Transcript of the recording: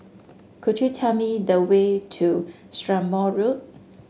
could you tell me the way to Strathmore Road